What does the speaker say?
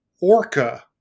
Orca